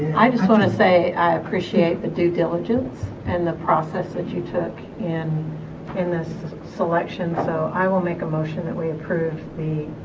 i just want to say i appreciate the due diligence and the process that you took in in this selection so i will make a motion that we approve the